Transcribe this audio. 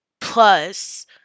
plus